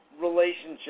relationship